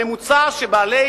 הממוצע שבעלי